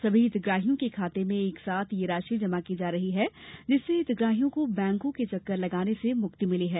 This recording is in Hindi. समी हितग्राहियों के खाते में एकसाथ ये राशि जमा की जा रही है जिससे हितग्राहियों को बैंकों के चक्कर लगाने से मुक्ति मिली है